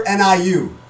NIU